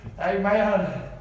Amen